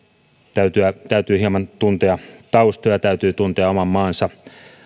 täytyy täytyy hieman tuntea taustoja täytyy tuntea oman maansa